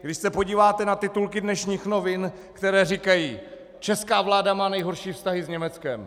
Když se podíváte na titulky dnešních novin, říkají: Česká vláda má nejhorší vztahy s Německem.